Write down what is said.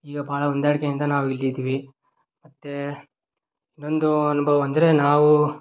ಈಗ ಭಾಳ ಹೊಂದಾಣಿಕೆಯಿಂದ ನಾವು ಇಲ್ಲಿದ್ದೀವಿ ಮತ್ತೆ ನನ್ನದು ಅನುಭವ ಅಂದರೆ ನಾವು